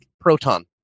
Proton